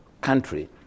country